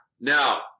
Now